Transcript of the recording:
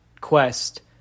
quest